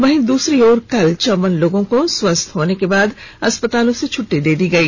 वहीं दूसरी ओर कल चौवन लोगों को स्वस्थ होने के बाद अस्पतालों से छुट्टी दे दी गई